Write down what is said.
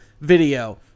video